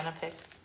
pics